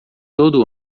todo